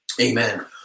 Amen